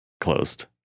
closed